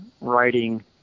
writing